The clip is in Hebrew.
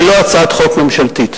ולא הצעת חוק ממשלתית.